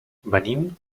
venim